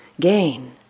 gain